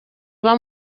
uba